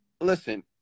listen